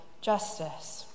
justice